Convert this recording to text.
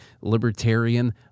libertarian